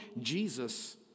Jesus